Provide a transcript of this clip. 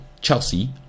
Chelsea